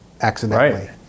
accidentally